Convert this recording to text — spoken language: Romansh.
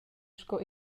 sco